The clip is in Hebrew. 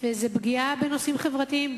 והיא פגיעה בנושאים חברתיים.